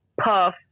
Puff